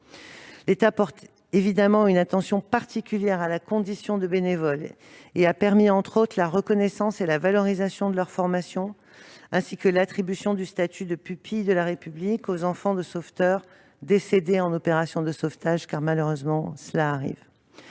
L'État porte également une attention particulière à la condition de bénévole et a permis, entre autres, la reconnaissance et la valorisation de leurs formations, ainsi que l'attribution du statut de pupille de la République aux enfants de sauveteurs décédés en opération de sauvetage- malheureusement, il y en